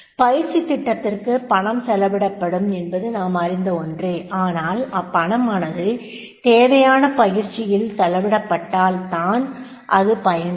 பயிற்சி திட்டத்திற்கு பணம் செலவிடப்படும் என்பது நாம் அறிந்த ஒன்றே ஆனால் அப்பணமானது தேவையான பயிற்சியில் செலவிடப்பபட்டால் தான் அது பயன் தரும்